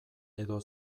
edo